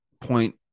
point